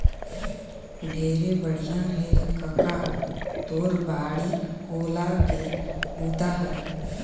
ढेरे बड़िया हे कका तोर बाड़ी कोला के बूता हर